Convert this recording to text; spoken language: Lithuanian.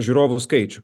žiūrovų skaičių